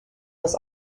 was